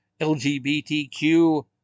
LGBTQ